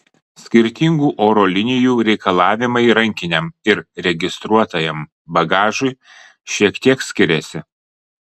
skirtingų oro linijų reikalavimai rankiniam ir registruotajam bagažui šiek tiek skiriasi